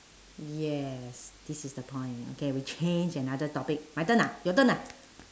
yes this is the point okay we change another topic my turn ah your turn ah